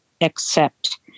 accept